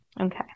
Okay